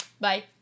Bye